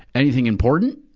anything important,